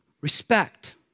respect